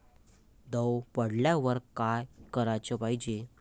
दव पडल्यावर का कराच पायजे?